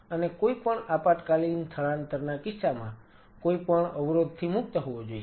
અને કોઈપણ આપતકાલીન સ્થળાંતરના કિસ્સામાં કોઈપણ અવરોધથી મુક્ત હોવા જોઈએ